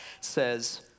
says